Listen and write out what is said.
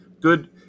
good